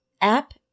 app